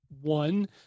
one